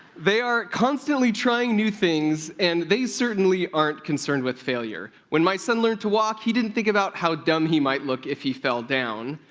they are constantly trying new things, and they certainly aren't concerned with failure. when my son learned to walk, he didn't think about how dumb he might look if he fell down,